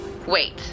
Wait